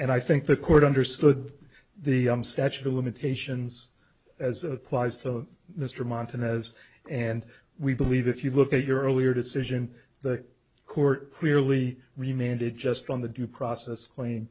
and i think the court understood the statute of limitations as applies to mr montanus and we believe if you look at your earlier decision the court clearly remained it just on the due process cl